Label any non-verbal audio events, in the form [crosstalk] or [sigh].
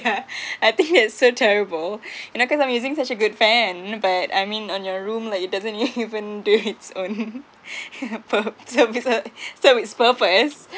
yeah [laughs] I think it's so terrible [laughs] and I cause I'm using such a good fan but I mean on your room like it doesn't even [laughs] do its own pur~ [laughs] serve its uh serve its purpose